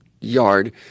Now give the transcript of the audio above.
yard